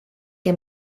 que